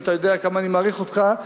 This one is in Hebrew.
ואתה יודע כמה אני מעריך אותך.